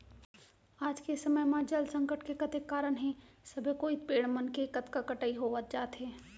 आज के समे म जल संकट के कतेक कारन हे सबे कोइत पेड़ मन के कतका कटई होवत जात हे